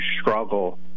struggle